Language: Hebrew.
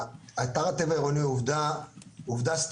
אתר הטבע העירוני הוא עובדה סטטוטורית.